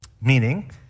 meaning